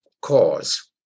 cause